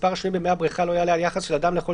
מספר השוהים במי הבריכה לא יעלה על יחס של אדם לכל